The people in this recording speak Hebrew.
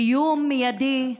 איום מיידי.